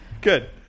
Good